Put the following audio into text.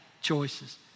choices